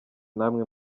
namwe